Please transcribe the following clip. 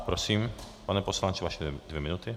Prosím, pane poslanče, vaše dvě minuty.